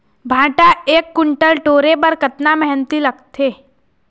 भांटा एक कुन्टल टोरे बर कतका मेहनती लागथे?